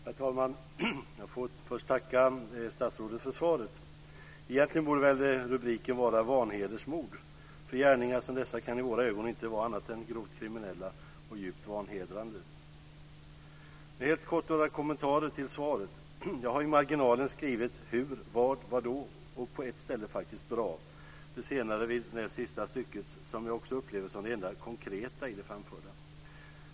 Herr talman! Jag får först tacka statsrådet för svaret. Egentligen borde väl rubriken vara Vanhedersmord, för gärningar som dessa kan i våra ögon inte vara annat än grovt kriminella och djupt vanhedrande. Jag har helt kort några kommentarer till svaret. Jag har i marginalen skrivit "hur? ", "vad? ", "vadå?" och på ett ställe faktiskt "bra!". Det senare har jag skrivit vid det näst sista stycket, som jag också upplever som det enda konkreta i det framförda.